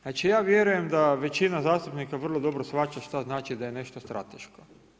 Znači, ja vjerujem da većina zastupnika vrlo dobro shvaća šta znači da je nešto strateško.